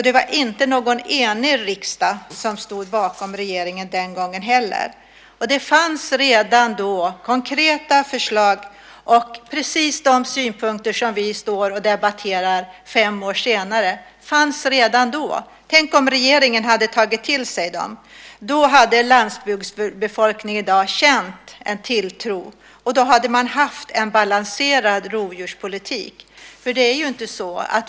Det var inte någon enig riksdag som stod bakom regeringen den gången heller. Det fanns redan då konkreta förslag, och just de synpunkter som vi debatterar nu fem år senare fanns redan då. Tänk om regeringen hade tagit till sig dem. Då hade landsbygdsbefolkningen i dag känt tilltro och man hade haft en balanserad rovdjurspolitik.